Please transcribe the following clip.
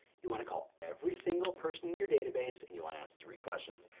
you wanna call every single person in your database, and you wanna ask three questions.